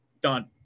done